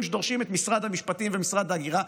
שדורשים את משרד המשפטים ואת משרד ההגירה,